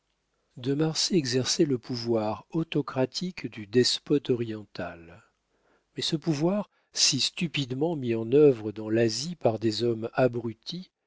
de marsay exerçait le pouvoir autocratique du despote oriental mais ce pouvoir si stupidement mis en œuvre dans l'asie par des hommes abrutis